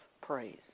praise